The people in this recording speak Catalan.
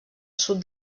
sud